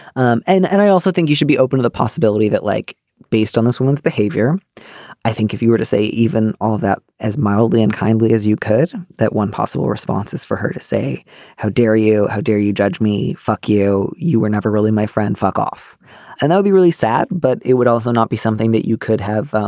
um and and i also think you should be open to the possibility that like based on this woman's behavior behavior i think if you were to say even all of that as mildly unkindly as you could that one possible responses for her to say how dare you how dare you judge me. fuck you. you were never really my friend fuck off and i'll be really sad but it would also not be something that you could have